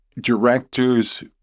directors